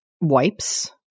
wipes